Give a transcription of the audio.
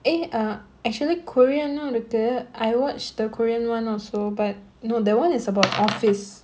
eh err actually korean uh இருக்கு:irukku I watched the korean one also but no that one is about office